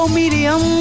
medium